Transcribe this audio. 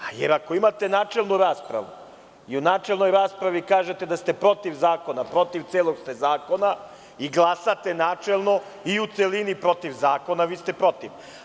Ako imate načelnu raspravu i u načelnoj raspravi kažete da ste protiv zakona, protiv ste celog zakona i glasate načelno i u celini protiv zakona, vi ste protiv.